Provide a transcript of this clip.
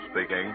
speaking